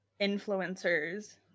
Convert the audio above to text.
influencers